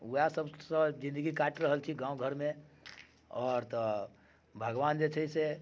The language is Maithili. वएह सबसँ जिन्दगी काटि रहल छी गाँव घरमे आओर तऽ भगवान जे छै से